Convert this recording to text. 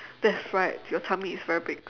that's right your tummy is very big